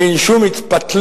אין שום התפתלות.